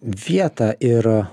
vietą ir